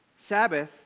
Sabbath